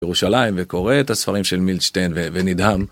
ירושלים וקורא את הספרים של מילדשטיין ונדהם.